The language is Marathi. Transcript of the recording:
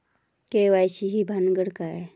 के.वाय.सी ही भानगड काय?